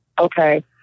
okay